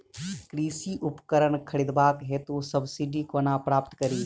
कृषि उपकरण खरीदबाक हेतु सब्सिडी कोना प्राप्त कड़ी?